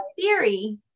theory